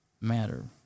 matter